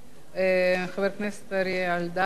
חבר הכנסת אריה אלדד, לא נמצא,